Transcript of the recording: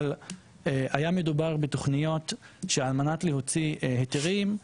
אבל היה מדובר בתוכניות שעל מנת להוציא היתרים,